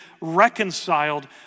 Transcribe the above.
reconciled